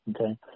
okay